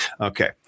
Okay